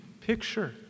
picture